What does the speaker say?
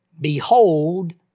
Behold